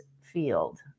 field